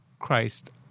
Christ